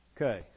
Okay